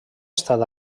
estat